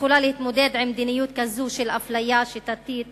יכולה להתמודד עם מדיניות כזאת של אפליה שיטתית